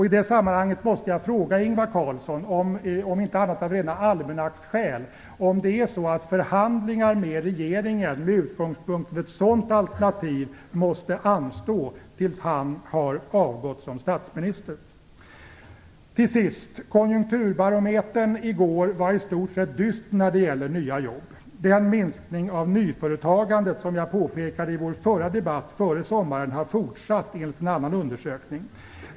I det sammanhanget måste jag fråga Ingvar Carlsson, om inte annat så av rena almanacksskäl, om det är så att förhandlingar med regeringen med utgångspunkt i ett sådant alternativ måste anstå tills han har avgått som statsminister. Till sist. Konjunkturbarometern i går var i stort sett dyster när det gäller nya jobb. Den minskning av nyföretagandet som jag påpekande i vår förra debatt före sommaren har fortsatt enligt en annan undersökning.